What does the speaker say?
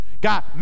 God